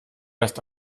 erst